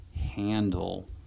handle